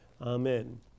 Amen